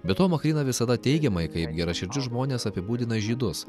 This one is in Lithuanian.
be to makryna visada teigiamai kaip geraširdžiai žmonės apibūdina žydus